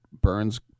Burns